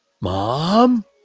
Mom